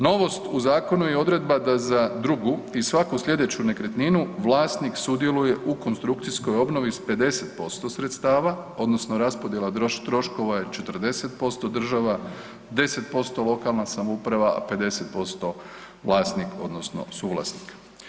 Novost u zakonu je odredba da za drugu i svaku sljedeću nekretninu vlasnik sudjeluje u konstrukcijskoj obnovi s 50% sredstava odnosno raspodjela troškova je 40% država, 10% lokalna samouprava, a 50% vlasnik odnosno suvlasnik.